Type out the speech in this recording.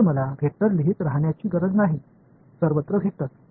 तर मला वेक्टर लिहित राहण्याची गरज नाही सर्वत्र वेक्टर